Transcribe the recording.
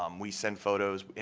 um we send photos.